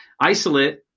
Isolate